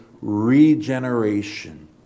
regeneration